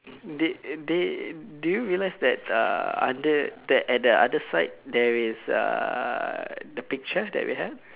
did did do you realize that uh other that at the other side there is uh the picture that we have